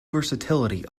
versatility